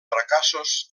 fracassos